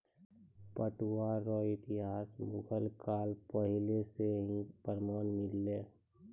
पटुआ रो इतिहास मुगल काल पहले से ही प्रमान मिललै